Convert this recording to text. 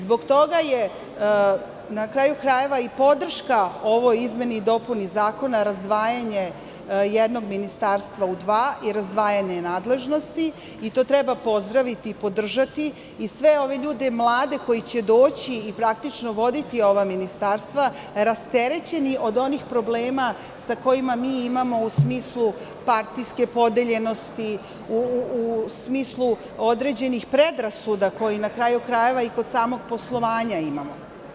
Zbog toga je, na kraju krajeva i podrška ovoj izmeni i dopuni zakona razdvajanje jednog ministarstva u dva i razdvajanje nadležnosti i to treba pozdraviti, podržati i sve ove ljude mlade koji će doći i praktično voditi ova ministarstva, rasterećeni od onih problema sa kojima mi imamo u smislu partijske podeljenosti u smislu određenih predrasuda, koje na kraju krajeva i kod samog poslovanja imamo.